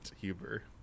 Huber